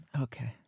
Okay